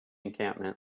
encampment